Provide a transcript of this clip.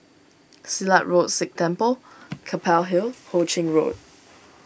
Silat Road Sikh Temple Keppel Hill Ho Ching Road